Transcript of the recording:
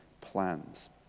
plans